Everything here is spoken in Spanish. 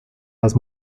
las